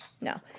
No